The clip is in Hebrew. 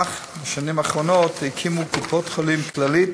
אך בשנים האחרונות הקימו קופות-החולים כללית,